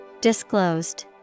Disclosed